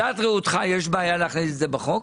אבל מנקודת ראייתך יש בעיה להכניס את זה בחוק?